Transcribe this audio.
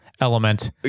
element